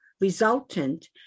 resultant